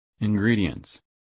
Ingredients